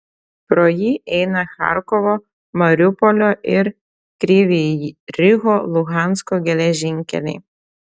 pro jį eina charkovo mariupolio ir kryvyj riho luhansko geležinkeliai